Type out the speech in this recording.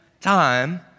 time